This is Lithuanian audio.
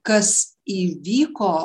kas įvyko